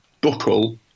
buckle